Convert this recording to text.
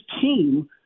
team